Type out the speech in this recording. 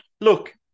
Look